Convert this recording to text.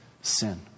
sin